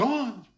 Gone